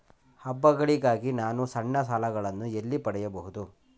ಹಬ್ಬಗಳಿಗಾಗಿ ನಾನು ಸಣ್ಣ ಸಾಲಗಳನ್ನು ಎಲ್ಲಿ ಪಡೆಯಬಹುದು?